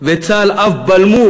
וצה"ל אף בלמו